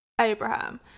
Abraham